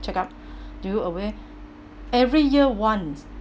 check up do you aware every year once